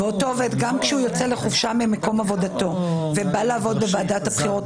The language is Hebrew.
גם כשאותו עובד יוצא לחופשה ממקום עבודתו ובא לעבוד בוועדת הבחירות,